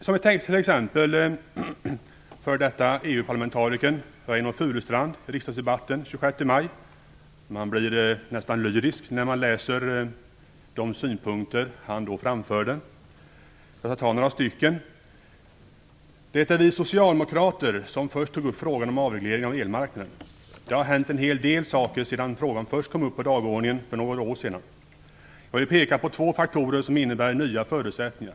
Som exempel kan jag ta det den f.d. EU parlamentarikern Reynoldh Furustrand sade i riksdagsdebatten den 26 maj. Man blir nästan lyrisk när man läser de synpunkter han då framförde: "Det var vi socialdemokrater som först tog upp frågan om avregleringen av elmarknaden. Det har hänt en hel del saker sedan frågan först kom upp på dagordningen för några år sedan. Jag vill peka på två faktorer som innebär nya förutsättningar."